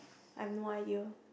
I have no idea